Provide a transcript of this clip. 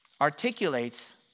articulates